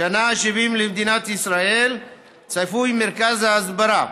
שנת ה-70 למדינת ישראל, צפוי מרכז ההסברה,